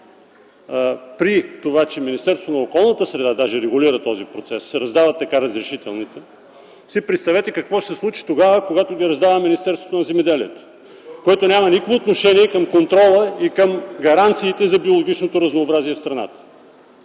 когато Министерството на околната среда и водите регулира този процес, раздава така разрешителните, представете си какво ще се случи, когато ги раздава Министерството на земеделието и храните, което няма никакво отношение към контрола и към гаранциите за биологичното разнообразие в страната!